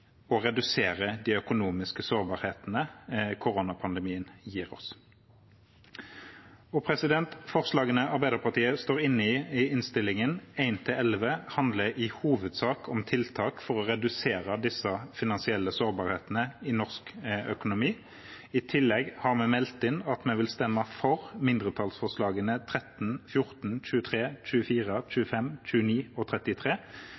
de økonomiske sårbarhetene koronapandemien gir oss. Forslagene Arbeiderpartiet står bak i innstillingen – nr. 1–11 – handler i hovedsak om tiltak for å redusere disse finansielle sårbarhetene i norsk økonomi. I tillegg har vi meldt inn at vi vil stemme for mindretallsforslagene nr. 13, 14, 23, 24, 25, 29 og 33,